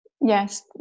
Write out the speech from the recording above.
Yes